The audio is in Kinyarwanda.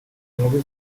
inkuba